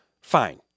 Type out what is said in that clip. fine